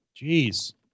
jeez